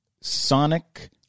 Sonic